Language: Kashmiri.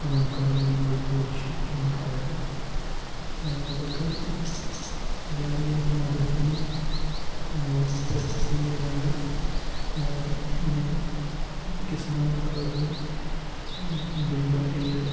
کٲم کَرَن وٲلۍ مزدوٗر چھِ یِمَن خٲطرٕ بہٕ کَرٕ واریاہ مَدَتھ یِمَن پرٛٮ۪تھ کُنہِ رنٛگہٕ یِمَن کِسانَن خٲطرٕ دِمہٕ بہٕ ایڈ